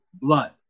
blood